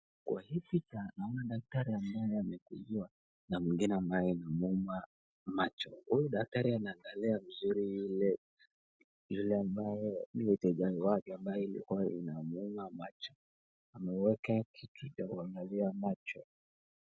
Kwa hii picha naona daktari ambaye ameugua na mwingine ambaye inamuuma macho, huyu daktari anaangalia vizuri yule ambaye ni mteja wake, ambaye macho ilikuwa inamuuma. Ameweka kitu cha kuangalia macho.